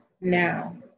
now